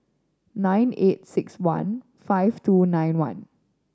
nine eight six one five two nine one